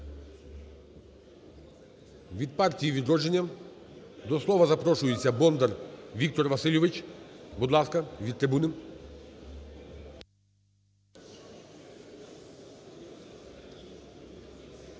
Від "Партії "Відродження" до слова запрошується Бондар Віктор Васильович. Будь ласка, від трибуни.